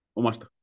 omasta